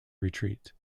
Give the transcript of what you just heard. retreat